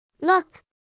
Look